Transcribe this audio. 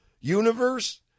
universe